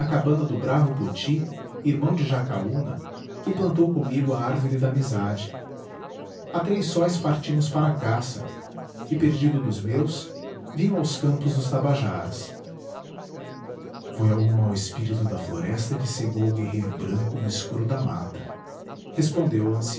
poti irmão de jacaúna que plantou comigo a árvore da amizade há três sóis partimos para a caça e perdido dos meus vim aos campos dos tabajaras foi algum mau espírito da floresta que cegou o guerreiro branco no escuro da mata respondeu